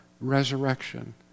resurrection